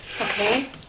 Okay